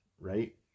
right